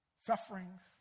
sufferings